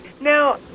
Now